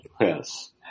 Yes